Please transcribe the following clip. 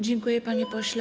Dziękuję, panie pośle.